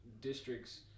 districts